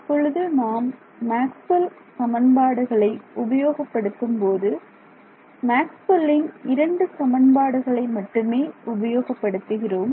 இப்பொழுது நாம் மேக்ஸ்வெல் சமன்பாடுகளை உபயோகப்படுத்தும் போது மேக்ஸ்வெல் இன் இரண்டு சமன்பாடுகளை மட்டுமே உபயோகப்படுத்துகிறோம்